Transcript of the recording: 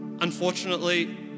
Unfortunately